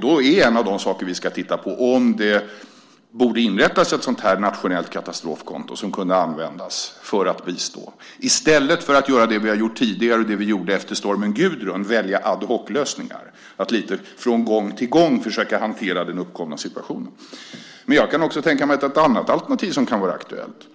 Då är en av de saker vi ska titta på just detta med om det borde inrättas ett sådant här nationellt katastrofkonto som kunde användas för att bistå i stället för att göra det vi tidigare gjort och det vi gjorde efter stormen Gudrun, nämligen välja ad hoc-lösningar, att lite från gång till gång försöka hantera den uppkomna situationen. Men jag kan också tänka mig ett annat alternativ som kan vara aktuellt